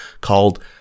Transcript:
called